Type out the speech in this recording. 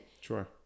Sure